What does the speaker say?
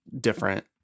different